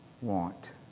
want